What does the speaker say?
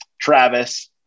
travis